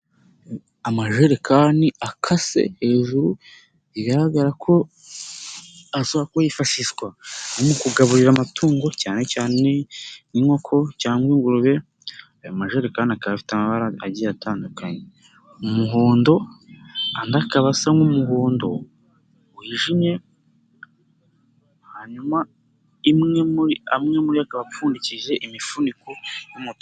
Amajerekani akase hejuru bigaragara ko ashaka ko yifashishwa mu kugaburira amatungo cyane cyane nk'inkoko cyangwa ingurube, ayo majerekani akaba afite amabara agiye atandukanye, umuhondo andi akaba asa n'umuhondo wijimye, hanyuma imwe muriyo amwe mu apfundikishije imifuniko y'umukara